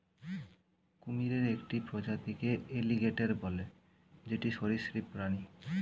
কুমিরের একটি প্রজাতিকে এলিগেটের বলে যেটি সরীসৃপ প্রাণী